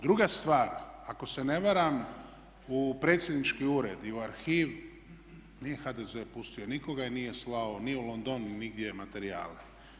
Druga stvar, ako se ne varam u predsjednički ured i u arhiv nije HDZ pustio nikoga i nije slao ni u London ni nigdje materijale.